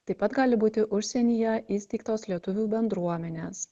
taip pat gali būti užsienyje įsteigtos lietuvių bendruomenės